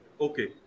okay